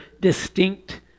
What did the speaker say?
distinct